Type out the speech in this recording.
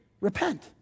Repent